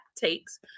takes